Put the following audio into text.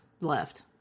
left